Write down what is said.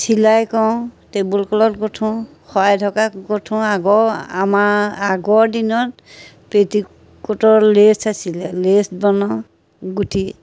চিলাই কৰোঁ table cloth গোঠোঁ শৰাই থকা গোঠোঁ আগৰ আমাৰ আগৰ দিনত পেটিকোটৰ লেচ আছিলে লেচ বনাওঁ গোঁঠি